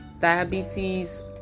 diabetes